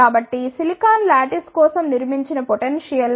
కాబట్టి silicon lattice కోసం నిర్మించిన పొటెన్షియల్ 0